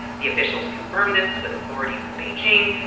the officials confirm this with authorities in beijing.